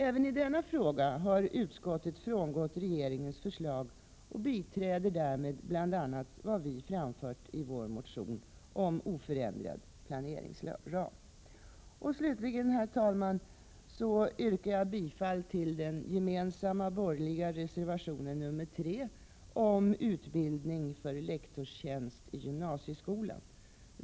Även i denna fråga har utskottet frångått regeringens förslag och biträder bl.a. vad vi har framfört i vår motion om oförändrad planeringsram. Slutligen, herr talman, yrkar jag bifall till den gemensamma borgerliga reservationen nr 2 om utbildning för lektorstjänst i gymnasieskolan.